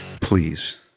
Please